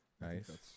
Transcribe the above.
Nice